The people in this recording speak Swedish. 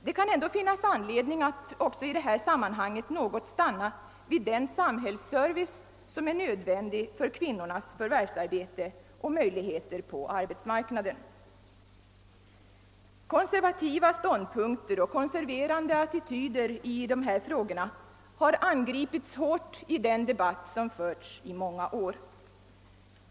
Det kan ändå finnas anledning att också i detta sammanhang något stanna vid den samhällsservice som är nödvändig för kvinnornas förvärvsarbete och möjligheter på arbetsmarknaden. Konservativa ståndpunkter och konserverande attityder i dessa frågor har angripits hårt under den debatt som förts i många år.